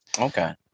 okay